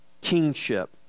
kingship